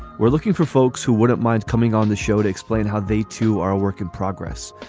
we're looking for folks who wouldn't mind coming on the show to explain how they, too, are a work in progress.